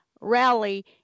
rally